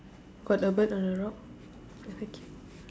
got a bird on the rock